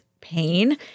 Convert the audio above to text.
pain